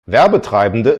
werbetreibende